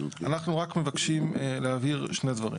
אנחנו רק מבקשים להוסיף ולהבהיר שני דברים.